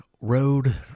road